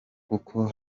kuko